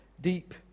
deep